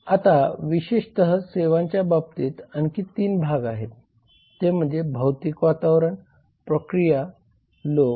आता विशेषतः सेवेच्या बाबतीत आणखी 3 भाग आहेत ते म्हणजे भौतिक वातावरण प्रक्रिया आणि लोक